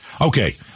Okay